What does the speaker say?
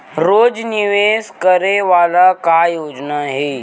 रोज निवेश करे वाला का योजना हे?